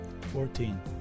Fourteen